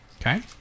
okay